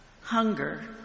hunger